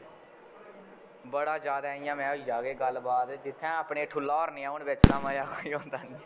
बड़ा ज्यादा इयां में होई गेआ के गल्लबात जित्थें अपने ठुल्ला होर नी होन बिच्च तां मजा कोई होंदा नी